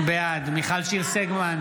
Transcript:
בעד מיכל שיר סגמן,